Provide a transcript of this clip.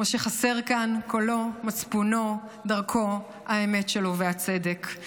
משה חסר כאן, קולו, מצפונו, דרכו, האמת שלו והצדק.